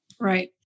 Right